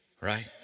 right